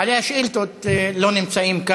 אתה את שלך עשית, בעלי השאילתות לא נמצאים כאן.